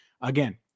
Again